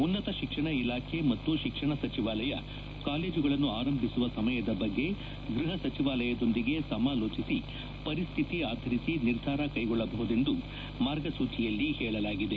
ಉನ್ನತ ಶಿಕ್ಷಣ ಇಲಾಖೆ ಮತ್ತು ಶಿಕ್ಷಣ ಸಚಿವಾಲಯ ಕಾಲೇಜುಗಳನ್ನು ಆರಂಭಿಸುವ ಸಮಯದ ಬಗ್ಗೆ ಗೃಹ ಸಚಿವಾಲಯದೊಂದಿಗೆ ಸಮಾಲೋಚಿಸಿ ಪರಿಸ್ಥಿತಿ ಆಧರಿಸಿ ನಿರ್ಧಾರ ಕ್ಷೆಗೊಳ್ಳಬಹುದೆಂದು ಮಾರ್ಗಸೂಚಿಯಲ್ಲಿ ಹೇಳಲಾಗಿದೆ